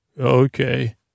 Okay